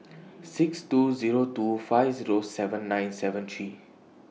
six two Zero two five Zero seven nine seven three